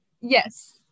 Yes